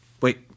wait